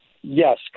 yes